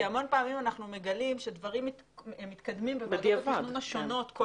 הרבה פעמים אנחנו מגלים שדברים מתקדמים בתוכניות השונות,